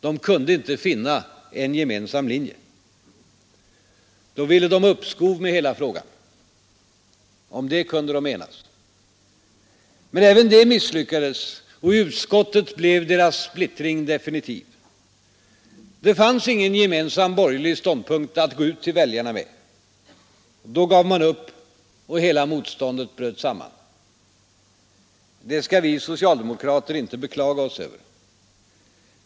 De kunde inte finna en gemensam linje. Då ville de ha uppskov med hela frågan. Om det kunde de enas. Men även det misslyckades, I utskottet blev deras splittring definitiv. Det fanns ingen gemensam borgerlig ståndpunkt som de kunde gå ut till väljarna med. Då gav de upp. Hela motståndet bröt samman. Det skall vi socialdemokrater inte beklaga oss över.